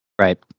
Right